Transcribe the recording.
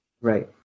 Right